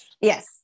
Yes